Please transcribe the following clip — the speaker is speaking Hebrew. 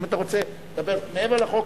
אם אתה רוצה לדבר מעבר לחוק,